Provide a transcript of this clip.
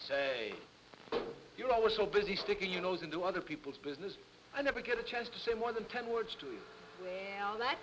say you're always so busy sticking your nose into other people's business i never get a chance to say more than ten words to